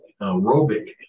aerobic